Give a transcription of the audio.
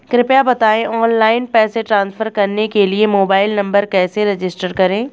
कृपया बताएं ऑनलाइन पैसे ट्रांसफर करने के लिए मोबाइल नंबर कैसे रजिस्टर करें?